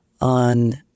on